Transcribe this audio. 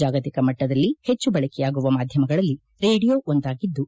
ಜಾಗತಿಕ ಮಟ್ಟದಲ್ಲಿ ಹೆಚ್ಚು ುಳೆಯಾಗುವ ಮಾಧ್ಯಮಗಳಲ್ಲಿ ರೇಡಿಯೊ ಒಂದಾಗಿದ್ದು